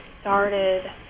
started